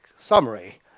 summary